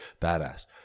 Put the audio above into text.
Badass